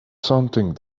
something